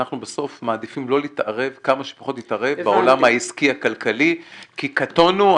אנחנו בסוף מעדיפים כמה שפחות להתערב בעולם העסקי הכלכלי כי קטונו,